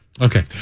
Okay